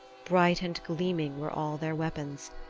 bright and gleaming were all their weapons.